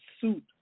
suit